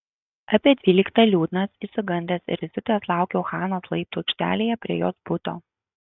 apie dvyliktą liūdnas išsigandęs ir įsiutęs laukiau hanos laiptų aikštelėje prie jos buto